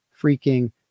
freaking